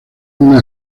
una